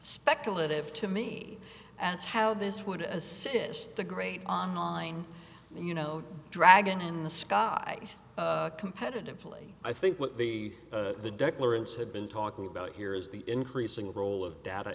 speculative to me as how this would assist the great online you know dragon in the sky competitively i think what the the deck lawrence had been talking about here is the increasing role of data